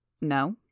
No